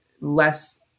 less